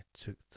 took